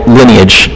lineage